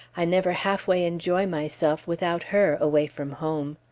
i never halfway enjoy myself without her, away from home.